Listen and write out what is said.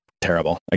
terrible